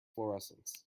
fluorescence